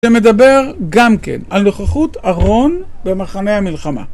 שמדבר גם כן על נוכחות ארון במחנה המלחמה.